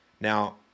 Now